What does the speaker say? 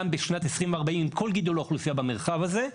בשנת 2040 עם כל גידול האוכלוסייה במרחב הזה.